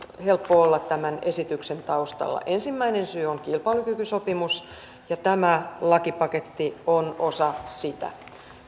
helppo olla tämän esityksen takana ensimmäinen syy on kilpailukykysopimus ja tämä lakipaketti on osa sitä